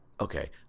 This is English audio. Okay